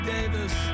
Davis